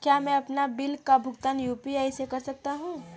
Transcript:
क्या मैं अपने बिल का भुगतान यू.पी.आई से कर सकता हूँ?